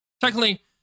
technically